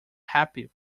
happy